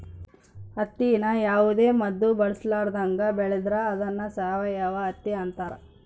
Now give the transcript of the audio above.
ಹತ್ತಿನ ಯಾವುದೇ ಮದ್ದು ಬಳಸರ್ಲಾದಂಗ ಬೆಳೆದ್ರ ಅದ್ನ ಸಾವಯವ ಹತ್ತಿ ಅಂತಾರ